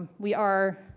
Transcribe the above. we are,